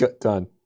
Done